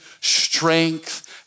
strength